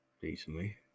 Decently